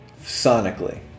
sonically